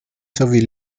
sowie